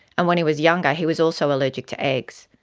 and when he was younger he was also allergic to eggs.